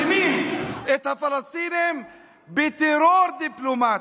אבל במדינת ישראל מאשימים את הפלסטינים בטרור דיפלומטי.